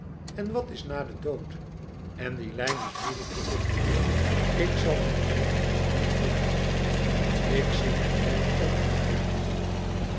en wat is na den dood en die lijn is moeilijk te vinden ik zal mijn lijn niet vinden ik zie mijn lijn ook niet voor me